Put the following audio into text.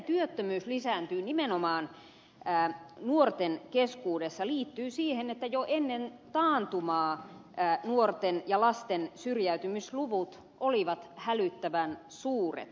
se että työttömyys lisääntyy nimenomaan nuorten keskuudessa liittyy siihen että jo ennen taantumaa nuorten ja lasten syrjäytymisluvut olivat hälyttävän suuret